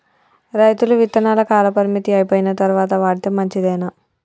రైతులు విత్తనాల కాలపరిమితి అయిపోయిన తరువాత వాడితే మంచిదేనా?